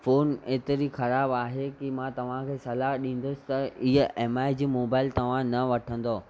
phone एतिरी ख़राब आहे की मां तव्हांखे सलाह ॾींदुसि त इहा एम आइ जी मोबाइल तव्हां न वठंदो